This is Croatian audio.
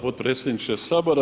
potpredsjedniče Sabora.